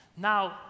Now